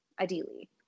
ideally